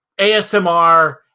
ASMR